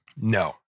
No